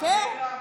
חכה.